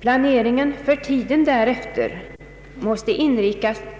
Planeringen för tiden därefter måste